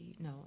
No